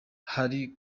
hari